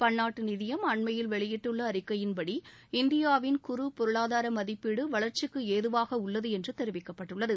பன்னாட்டு நிதியம் அண்மையில் வெளியிட்டுள்ள அறிக்கையின் படி இந்தியாவின் குறு பொருளாதார மதிப்பீடு வளர்ச்சிக்கு ஏதுவாக உள்ளது என்று தெரிவிக்கப்பட்டுள்ளது